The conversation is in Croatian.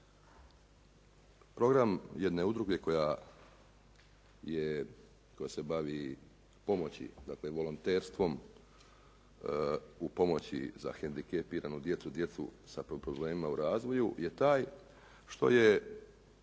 Program jedne udruge koja se bavi pomoći, dakle volonterstvom u pomoći za hendikepiranu djecu, djecu sa problemima u razvoju je taj što je